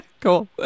Cool